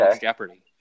Jeopardy